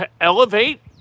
elevate